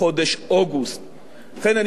לכן, אני מבקש מהכנסת לאשר את זה.